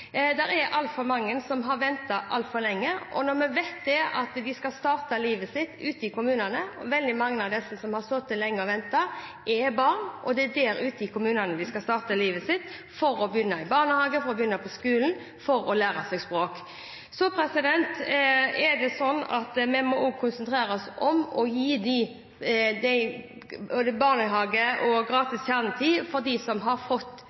der ute i kommunene de skal starte livet sitt, for å begynne i barnehage, for å begynne på skolen, for å lære seg språk. Vi må konsentrere oss om å gi barnehage og gratis kjernetid til dem som har fått